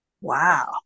Wow